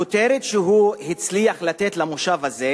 הכותרת שהוא הצליח לתת למושב הזה,